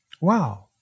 Wow